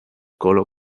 colo